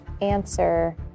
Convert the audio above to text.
answer